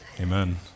Amen